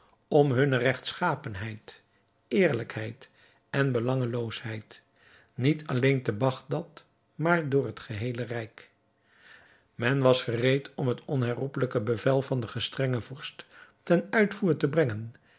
om hunne regtschapenheid eerlijkheid en belangeloosheid niet alleen te bagdad maar door het geheele rijk men was gereed om het onherroepelijke bevel van den te gestrengen vorst ten uitvoer te brengen